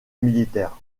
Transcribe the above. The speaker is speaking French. militaires